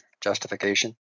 justification